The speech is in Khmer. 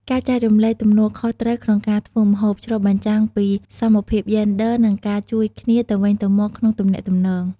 ការចែករំលែកទំនួលខុសត្រូវក្នុងការធ្វើម្ហូប ឆ្លុះបញ្ចាំងពីសមភាពយេនឌ័រ និងការជួយគ្នាទៅវិញទៅមកក្នុងទំនាក់ទំនង។